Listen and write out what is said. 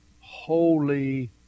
holy